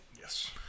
Yes